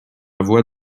voie